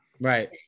Right